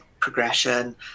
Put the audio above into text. progression